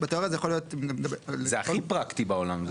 זה הכי פרקטי בעולם.